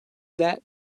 that